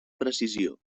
precisió